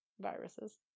viruses